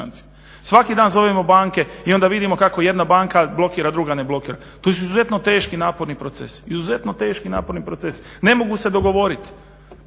svaki dan zovemo banke i onda vidimo kako jedna banka blokira, a druga ne blokira. To su izuzetno teški, naporni procesi. Ne mogu se dogovoriti,